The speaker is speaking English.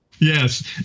Yes